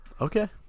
Okay